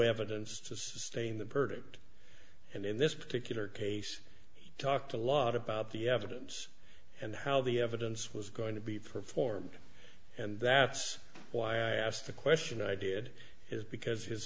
evidence to sustain the perfect and in this particular case he talked a lot about the evidence and how the evidence was going to be performed and that's why i asked the question i did it because his